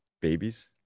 babies